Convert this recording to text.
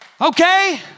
Okay